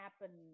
happen